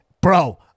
Bro